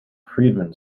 friedman